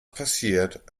passiert